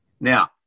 Now